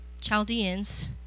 Chaldeans